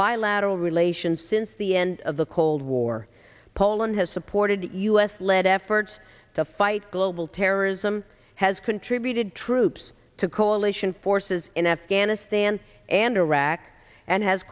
bilateral relations since the end of the cold war poland has supported u s led efforts to fight global terrorism has contributed troops to coalition forces in afghanistan and over and has